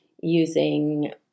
using